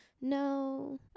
no